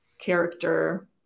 character